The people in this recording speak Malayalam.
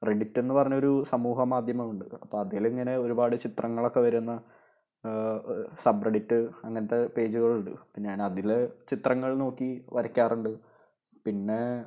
പ്രെഡിറ്റ് എന്നുപറഞ്ഞൊരു സമൂഹ മാധ്യമമുണ്ട് അപ്പോള് അതിലിങ്ങനെ ഒരുപാട് ചിത്രങ്ങളൊക്കെ വരുന്ന സബ് പ്രെഡിറ്റ് അങ്ങനത്തെ പേജുകളുണ്ട് ഞാനതില് ചിത്രങ്ങൾ നോക്കി വരയ്ക്കാറുണ്ട് പിന്നെ